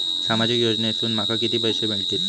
सामाजिक योजनेसून माका किती पैशे मिळतीत?